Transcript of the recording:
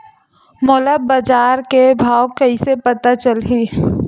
मोला बजार के भाव ह कइसे पता चलही?